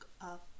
up